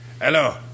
hello